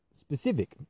specific